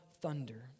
thunder